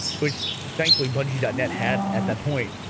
which thankfully bungie dot net had at that point?